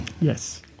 Yes